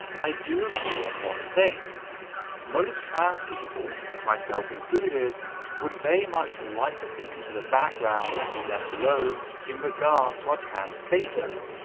i do agree on one thing most trans people myself included would very much like to sink into the background and be left alone in regards to our trans status.